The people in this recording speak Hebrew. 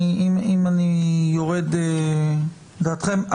אם אני יורד לדעתכם,